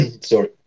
sorry